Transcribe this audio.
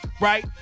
right